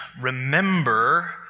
remember